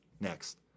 Next